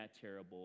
terrible